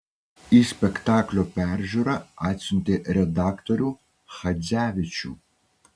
į spektaklio peržiūrą atsiuntė redaktorių chadzevičių